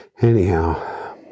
Anyhow